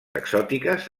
exòtiques